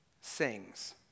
sings